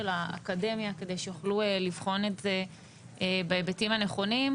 האקדמיה כדי שיוכלו לבחון את זה בהיבטים הנכונים,